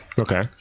Okay